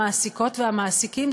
המעסיקות והמעסיקים,